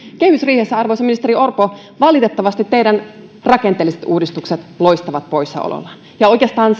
kehysriihessä arvoisa ministeri orpo valitettavasti teidän rakenteelliset uudistuksenne loistavat poissaolollaan ja oikeastaan